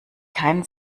kein